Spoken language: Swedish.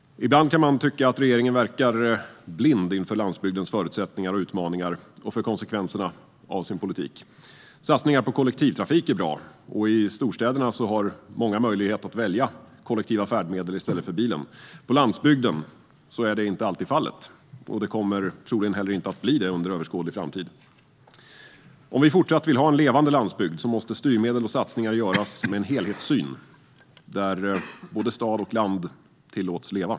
Ibland kan man tycka att regeringen verkar blind för landsbygdens förutsättningar och utmaningar och för konsekvenserna av sin politik. Satsningar på kollektivtrafik är bra, och i storstäderna har många möjlighet att välja kollektiva färdmedel i stället för bilen. På landsbygden är detta inte alltid fallet och kommer troligen inte heller att bli det under överskådlig framtid. Om vi fortsatt vill ha en levande landsbygd måste styrmedel och satsningar göras med en helhetssyn, där både stad och land tillåts leva.